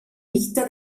vista